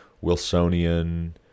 Wilsonian